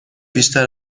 بیشتر